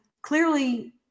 Clearly